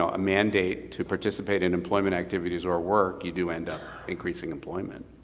a mandate to participate in employment activities or work, you do end up increasing employment.